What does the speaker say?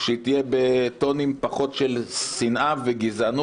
שהיא תהיה בטונים של פחות שנאה וגזענות